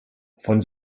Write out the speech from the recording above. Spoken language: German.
von